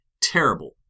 terrible